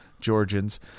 Georgians